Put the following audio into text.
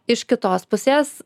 iš kitos pusės